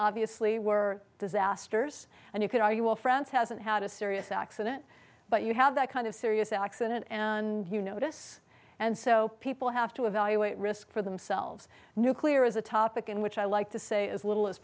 obviously were disasters and you could argue well france hasn't had a serious accident but you have that kind of serious accident and you notice and so people have to evaluate risk for themselves nuclear is a topic in which i like to say as little as